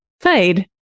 fade